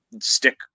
stick